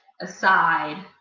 aside